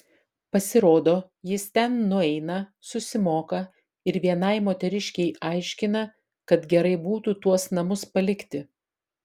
pasirodo jis ten nueina susimoka ir vienai moteriškei aiškina kad gerai būtų tuos namus palikti